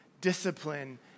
discipline